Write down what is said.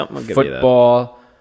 football